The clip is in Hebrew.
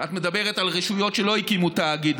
את מדברת על רשויות שלא הקימו תאגיד,